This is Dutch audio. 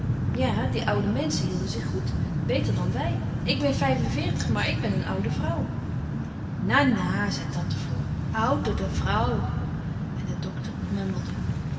ja die oude menschen hielden zich goed beter dan wij ik ben vijf-en-veertig maar ik ben een oude vrouw na na zei tante floor oùdde vrouw en de dokter